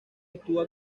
actúa